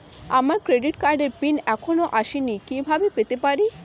আমার ক্রেডিট কার্ডের পিন এখনো আসেনি কিভাবে পেতে পারি?